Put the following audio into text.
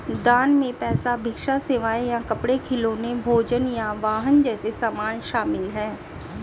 दान में पैसा भिक्षा सेवाएं या कपड़े खिलौने भोजन या वाहन जैसे सामान शामिल हैं